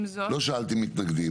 לא שאלתי אם מתנגדים.